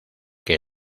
que